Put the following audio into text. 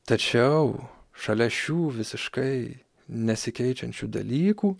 tačiau šalia šių visiškai nesikeičiančių dalykų